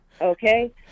Okay